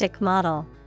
Model